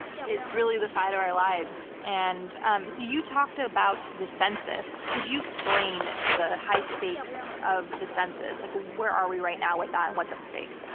it's really the fight of our lives. and um so you talked about the census. could you explain the high stakes of the census? like, where are we right now with that and what's at stake?